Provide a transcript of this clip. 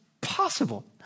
possible